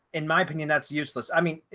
in my opinion, that's useless. i mean,